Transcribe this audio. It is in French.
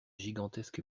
gigantesque